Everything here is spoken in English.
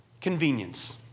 convenience